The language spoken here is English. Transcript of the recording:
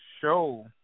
show